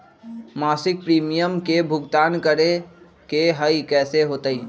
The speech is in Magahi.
मासिक प्रीमियम के भुगतान करे के हई कैसे होतई?